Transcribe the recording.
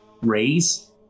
raise